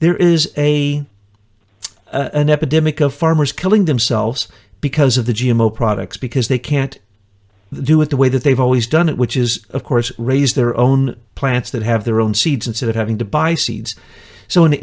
there is a it's an epidemic of farmers killing themselves because of the g m o products because they can't do it the way that they've always done it which is of course raise their own plants that have their own seeds instead of having to buy seeds so in